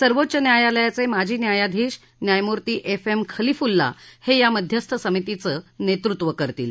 सर्वोच्च न्यायालयाचे माजी न्यायाधीश न्यायमूर्ती एफ एम खलिफुल्ला हे या मध्यस्थ समितीचं नेतृत्व करतील